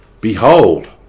Behold